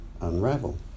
unravel